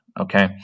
okay